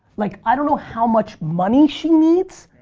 like i don't know how much money she needs,